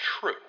true